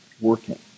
working